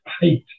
hate